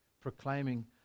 proclaiming